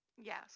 Yes